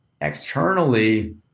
externally